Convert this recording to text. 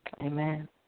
Amen